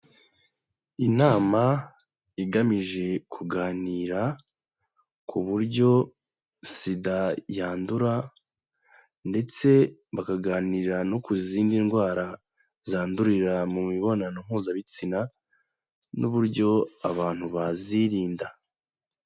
Inama igamije kuganira ku buryo SIDA yandura ndetse bakaganira no ku zindi ndwara zandurira mu mibonano mpuzabitsina n'uburyo abantu bazirinda.